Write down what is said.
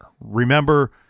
Remember